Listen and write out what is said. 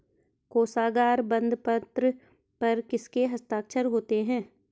कोशागार बंदपत्र पर किसके हस्ताक्षर होते हैं?